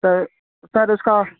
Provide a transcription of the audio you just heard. سر sir اس کا